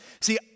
See